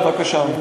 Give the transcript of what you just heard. בבקשה.